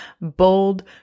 bold